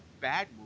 bad